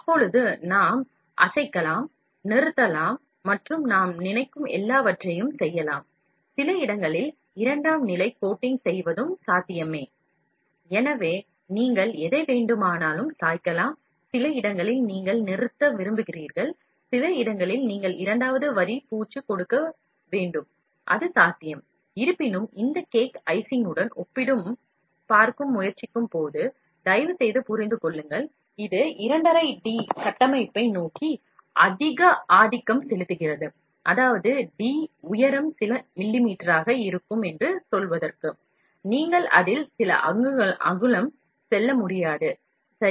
எனவே நீங்கள் தேவைக்கேற்ப எப்படி வேண்டுமானாலும் சாய்க்கலாம் சில இடங்களில் நிறுத்த வேண்டுமானாலும் நிறுத்தலாம் சில இடங்களில் நீங்கள் இரண்டாவது வரிபூச்சு கொடுக்க வேண்டுமானாலும் அதுசாத்தியம் ஆனால் இருப்பினும் இந்த Cake Icing ங்குடன் ஒப்பிட்டுப்பார்க்க முயற்சிக்கும் போது தயவு செய்து புரிந்து கொள்ளுங்கள் இது 2 12 டி கட்டமைப்பை நோக்கி அதிக ஆதிக்கம் செலுத்துகிறது அதாவது டி உயரம் சில மில்லிமீட்டராக இருக்கும் நீங்கள் அதை சில அங்குலங்கள் ஆக அதிகரிக்க முடியாது சரி